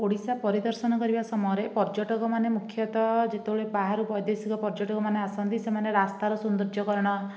ଓଡ଼ିଶା ପରିଦର୍ଶନ କରିବା ସମୟରେ ପର୍ଯ୍ୟଟକମାନେ ମୁଖ୍ୟତଃ ଯେତେବେଳେ ବାହାରୁ ବୈଦେଶିକ ପର୍ଯ୍ୟଟକ ମାନେ ଆସନ୍ତି ସେମାନେ ରାସ୍ତାର ସୌନ୍ଦର୍ଯ୍ୟକରଣ